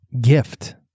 gift